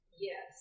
Yes